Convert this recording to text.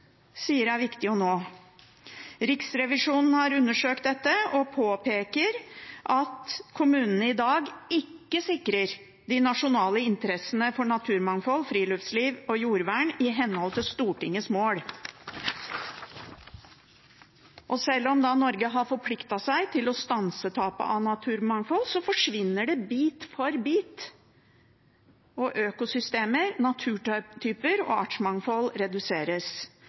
sier er viktige å nå. Riksrevisjonen har undersøkt dette og påpeker at kommunene i dag ikke sikrer de nasjonale interessene for naturmangfold, friluftsliv og jordvern i henhold til Stortingets mål. Selv om Norge har forpliktet seg til å stanse tapet av naturmangfold, forsvinner det bit for bit, og økosystemer, naturtyper og artsmangfold reduseres.